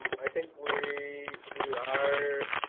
i think we we are,